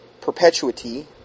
perpetuity